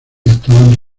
están